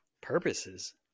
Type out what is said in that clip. purposes